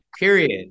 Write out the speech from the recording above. Period